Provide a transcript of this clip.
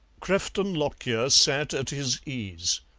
crefton lockyer sat at his ease,